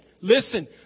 Listen